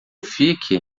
fique